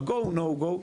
ב-"go/no go",